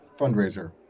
fundraiser